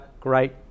great